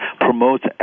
promotes